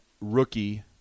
rookie